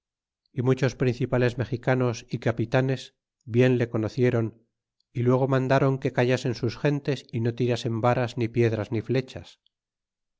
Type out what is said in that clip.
y muchos principales mexicanos y capitanes bien le conociéron y luego mandaron que callasen sus gentes y no tirasen varas ni piedras ni flechas